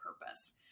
purpose